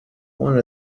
one